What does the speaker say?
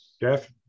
Jeff